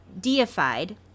deified